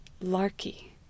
larky